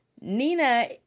Nina